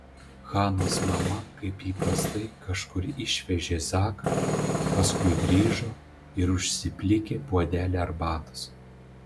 hanos mama kaip įprastai kažkur išvežė zaką paskui grįžo ir užsiplikė puodelį arbatos